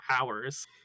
hours